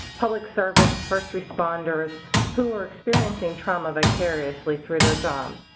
public service, first responders who are experiencing trauma vicariously through their job.